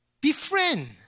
Befriend